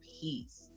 peace